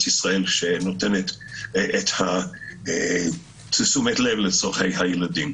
ישראל שנותנת את תשומת הלב לצרכי הילדים.